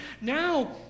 Now